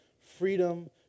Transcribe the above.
freedom